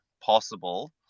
possible